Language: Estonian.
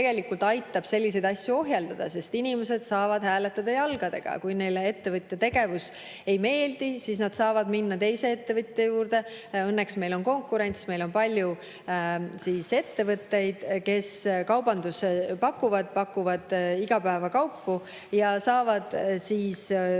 selliseid asju ohjeldada, sest inimesed saavad hääletada jalgadega. Kui neile ettevõtja tegevus ei meeldi, siis nad saavad minna teise ettevõtja juurde – õnneks meil on konkurents, meil on palju ettevõtteid, kes kaubandusega [tegelevad], pakuvad igapäevakaupu – ja saavad loodetavasti